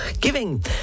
giving